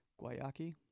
guayaki